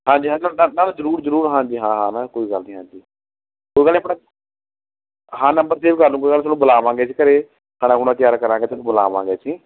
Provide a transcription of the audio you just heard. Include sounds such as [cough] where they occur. ਹਾਂਜੀ ਹਾਂ [unintelligible] ਜ਼ਰੂਰ ਜ਼ਰੂਰ ਹਾਂਜੀ ਹਾਂ ਹਾਂ ਨਾ ਕੋਈ ਗੱਲ ਨਹੀਂ ਹਾਂਜੀ ਉਹ ਕਹਿੰਦੇ ਆਪਣਾ ਹਾਂ ਨੰਬਰ ਸੇਵ ਕਰ ਲਉ ਕੋਈ ਗੱਲ ਨਹੀਂ ਤੁਹਾਨੂੰ ਬੁਲਾਵਾਂਗੇ ਜੀ ਘਰ ਖਾਣਾ ਖੁਣਾ ਤਿਆਰ ਕਰਾਂਗੇ ਤੁਹਾਨੂੰ ਬੁਲਾਵਾਂਗੇ ਅਸੀਂ